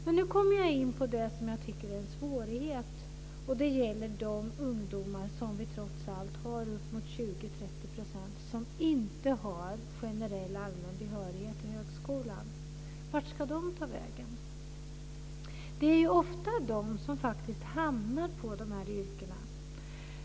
Men nu kommer jag in på det som jag tycker är ett problem, nämligen de uppemot 20-30 % ungdomar som inte har allmän behörighet till högskolan. Vart ska de ta vägen? Det är ofta de som faktiskt hamnar i dessa yrken.